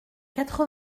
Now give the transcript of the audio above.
quatre